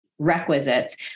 requisites